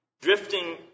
drifting